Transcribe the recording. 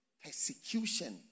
persecution